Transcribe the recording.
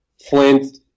flint